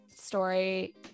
story